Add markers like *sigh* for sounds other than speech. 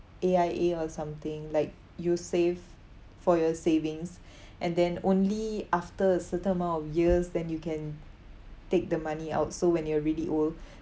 A_I_A or something like you save for your savings *breath* and then only after a certain amount of years then you can take the money out so when you're really old